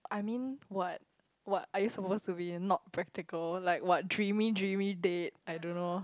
I mean what what are you supposed to be not practical like what dreamy dreamy date I don't know